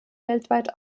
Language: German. weltweit